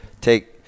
take –